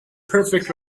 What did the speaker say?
perfect